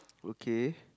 okay